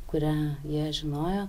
kurią jie žinojo